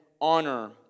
honor